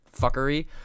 fuckery